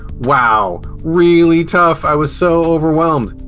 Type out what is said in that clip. wow! really tough! i was so overwhelmed!